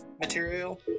material